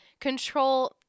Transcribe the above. control